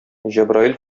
җәбраил